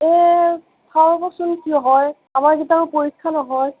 এ চাওঁ ৰ'বচোন কি হয় আমাৰ আমাৰকেইটাৰো পৰীক্ষাও নহয়